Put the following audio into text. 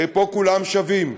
פה כולם שווים.